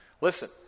Listen